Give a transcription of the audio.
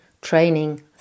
training